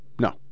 No